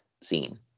scene